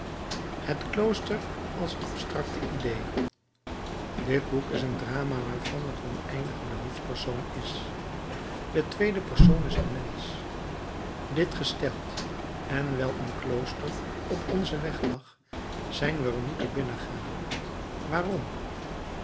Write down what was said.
het klooster als abstracte idée dit boek is een drama waarvan het oneindige de hoofdpersoon is de tweede persoon is de mensch dit gesteld en wijl een klooster op onzen weg lag zijn wij er moeten binnengaan waarom